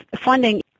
funding